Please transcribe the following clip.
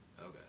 Okay